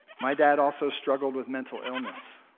my dad also struggled with mental illness,